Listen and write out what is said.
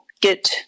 get